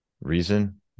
reason